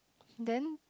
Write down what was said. then